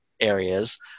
areas